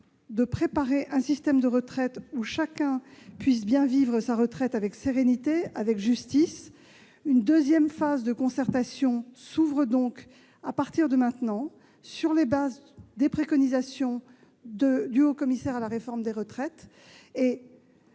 de préparer un système de retraite grâce auquel chacun puisse bien vivre sa retraite, avec sérénité et dans la justice. Une deuxième phase de concertation s'ouvre à présent, sur la base des préconisations du haut-commissaire à la réforme des retraites.